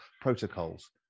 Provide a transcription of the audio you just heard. protocols